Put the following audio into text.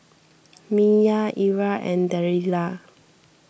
Myah Ira and Delilah